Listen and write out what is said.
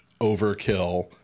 overkill